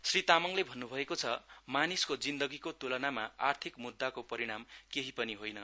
श्री तामाङले भन्नभएको छ मानिसको जिन्दगीको तुलनामा आर्थिक मुद्दाको परिणाम केहि पनि होइन